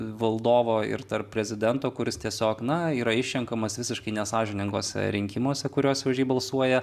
valdovo ir tarp prezidento kuris tiesiog na yra išrenkamas visiškai nesąžininguose rinkimuose kuriuose už jį balsuoja